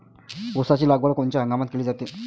ऊसाची लागवड कोनच्या हंगामात केली जाते?